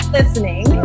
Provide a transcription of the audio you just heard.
listening